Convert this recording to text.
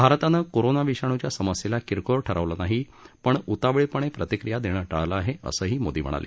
भारतानं कोरोना विषाणुच्या समस्येला किरकोळ ठरवलं नाही पण उतावीळपणे प्रतिक्रिया देणं टाळलं आहेअसंही मोदी म्हणाले